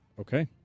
Okay